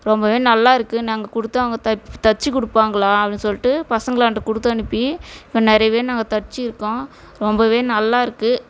ரொம்பவே நல்லாருக்கு நாங்கள் கொடுத்தா அவங்க த தச்சு கொடுப்பாங்களா அப்படின்னு சொல்லிட்டு பசங்களாண்ட கொடுத்து அனுப்பி இப்போ நிறையவே நாங்கள் தச்சுருக்கோம் ரொம்பவே நல்லா இருக்கு